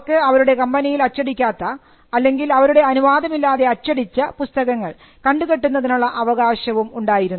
അവർക്ക് അവരുടെ കമ്പനിയിൽ അച്ചടിക്കാത്ത അല്ലെങ്കിൽ അവരുടെ അനുവാദമില്ലാതെ അച്ചടിച്ച പുസ്തകങ്ങൾ കണ്ടു കെട്ടുന്നതിനുള്ള അവകാശവും ഉണ്ടായിരുന്നു